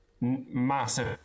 massive